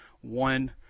one